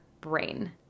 brain